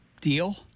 deal